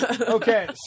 Okay